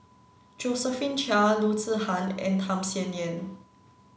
Josephine Chia Loo Zihan and Tham Sien Yen